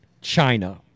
China